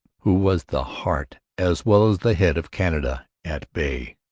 who was the heart as well as the head of canada at bay.